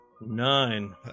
Nine